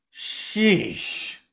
Sheesh